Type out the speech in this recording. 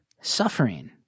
suffering